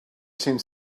seemed